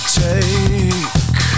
take